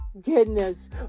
goodness